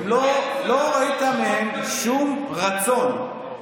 לא ראית מהם שום רצון,